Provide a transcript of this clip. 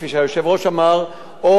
כפי שאמר היושב-ראש,